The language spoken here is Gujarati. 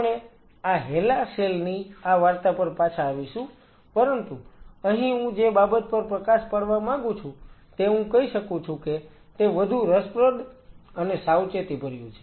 આપણે આ હેલા સેલ ની આ વાર્તા પર પાછા આવીશું પરંતુ અહીં હું જે બાબત પર પ્રકાશ પાડવા માંગુ છું તે હું કહી શકું કે તે વધુ રસપ્રદ અને સાવચેતીભર્યું છે